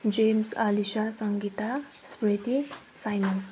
James Alisa Sangeeta Smriti Sainam